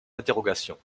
interrogations